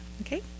Okay